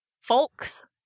Folks